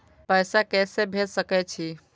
पैसा के से भेज सके छी?